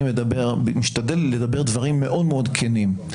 אני משתדל לדבר דברים מאוד מאוד כנים.